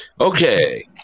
Okay